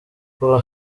kuva